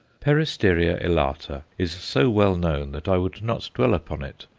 peristeria elata is so well known that i would not dwell upon it,